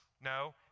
No